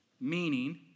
Meaning